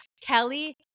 Kelly